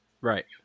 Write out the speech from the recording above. Right